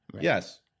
Yes